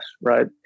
right